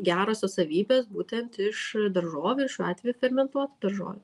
gerosios savybės būtent iš daržovių šiuo atveju fermentuotų daržovių